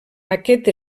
aquest